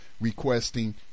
requesting